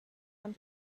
and